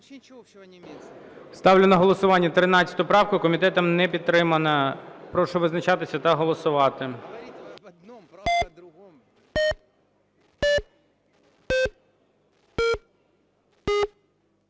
Ставлю на голосування 13 правку. Комітетом не підтримана. Прошу визначатися та голосувати.